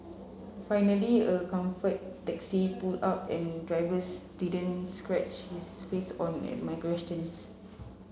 finally a Comfort taxi pulled up and drivers didn't scrunch his face on at my questions